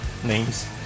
names